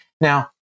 Now